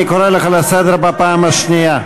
אני קורא אותך לסדר פעם שנייה.